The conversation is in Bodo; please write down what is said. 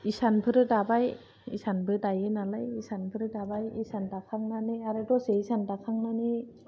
इसानफोरबो दाबाय इसानबो दायो नालाय इसानफोर दाबाय इसान दाखां नानै आरो दसे इसान दाखां नानै